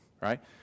right